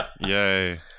Yay